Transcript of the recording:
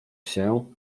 się